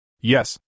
Yes